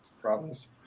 problems